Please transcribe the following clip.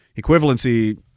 equivalency